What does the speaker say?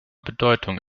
bedeutung